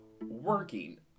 working